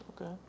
okay